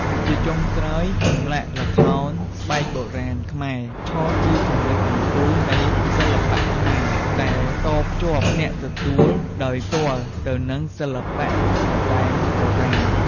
ជាចុងក្រោយ ចម្លាក់ល្ខោនស្បែកបុរាណខ្មែរ ឈរជាចំណុចកំពូលនៃសិល្បៈខ្មែរ ដែលតភ្ជាប់អ្នកទទួលដោយផ្ទាល់ទៅនឹងសិល្បៈសំដែងបុរាណ។